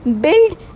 build